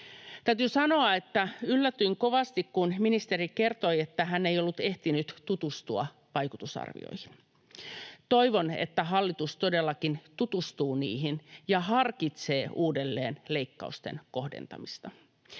Täytyy sanoa, että yllätyin kovasti, kun ministeri kertoi, että hän ei ollut ehtinyt tutustua vaikutusarvioihin. Toivon, että hallitus todellakin tutustuu niihin ja harkitsee uudelleen leikkausten kohdentamista.